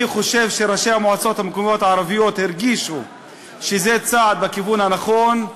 אני חושב שראשי המועצות המקומיות הערביות הרגישו שזה צעד בכיוון הנכון.